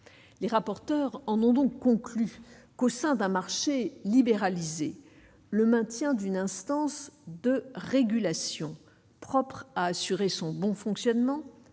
les rapporteurs en ont donc conclu qu'au sein d'un marché libéralisé le maintien d'une instance de régulation propres à assurer son bon fonctionnement